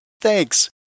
Thanks